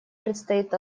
предстоит